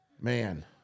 Man